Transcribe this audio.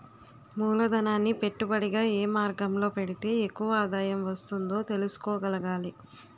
మూలధనాన్ని పెట్టుబడిగా ఏ మార్గంలో పెడితే ఎక్కువ ఆదాయం వస్తుందో తెలుసుకోగలగాలి